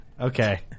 Okay